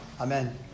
Amen